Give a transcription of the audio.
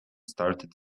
started